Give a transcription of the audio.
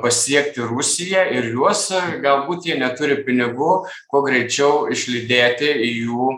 pasiekti rusiją ir juos galbūt jie neturi pinigų kuo greičiau išlydėti į jų